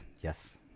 Yes